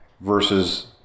versus